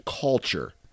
culture